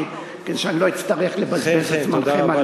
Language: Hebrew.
כדי שאני לא אצטרך לבזבז את זמנכם על ברכות.